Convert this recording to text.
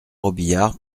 robiliard